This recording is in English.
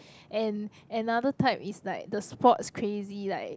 and another type is like the sports crazy like